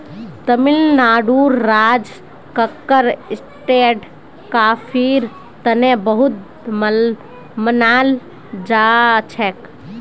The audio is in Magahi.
तमिलनाडुर राज कक्कर स्टेट कॉफीर तने बहुत मनाल जाछेक